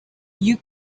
you